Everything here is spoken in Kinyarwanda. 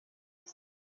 isi